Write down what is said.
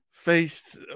faced